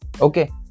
okay